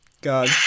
God